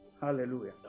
hallelujah